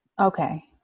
okay